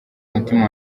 umutima